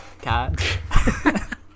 cat